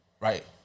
right